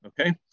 Okay